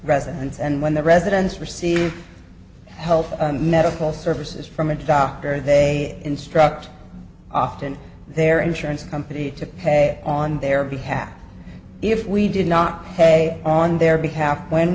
residence and when the residents receive health medical services from a doctor they instruct often their insurance company to pay on their behalf if we did not pay on their behalf when